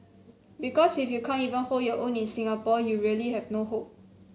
because if you can't even hold your own in Singapore you really have no hope